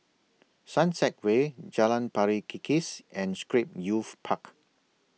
Sunset Way Jalan Pari Kikis and Scrape Youth Park